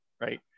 right